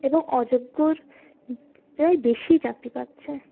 এবং অযোগ্যরাই বেশি চাকরি পাচ্ছে